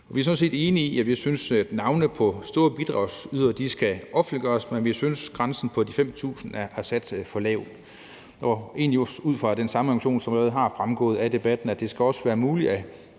Vi er sådan set enige i, at navnene på store bidragsydere skal offentliggøres, men vi synes, grænsen på de 5.000 kr. er sat for lavt, og det gør vi ud fra den samme argumentation, som allerede er fremgået af debatten, nemlig at det også skal være muligt at